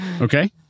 okay